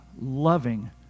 loving